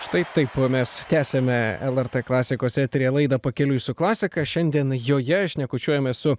štai taip mes tęsiame lrt klasikos eteryje laidą pakeliui su klasika šiandien joje šnekučiuojamės su